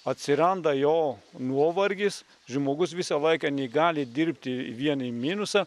atsiranda jo nuovargis žmogus visą laiką negali dirbti vien į minusą